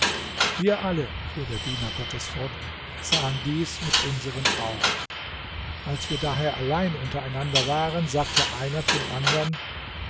wir alle fuhr der diener gottes fort sahen dies mit unseren augen als wir daher allein untereinander waren sagte einer zum andern